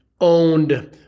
owned